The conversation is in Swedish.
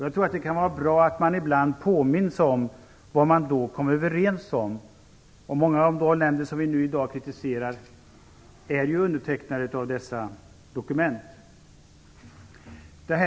Jag tror att det kan vara bra att ibland påminnas om vad man då kom överens om. Många av de länder som vi i dag kritiserar är ju undertecknare av dessa dokument.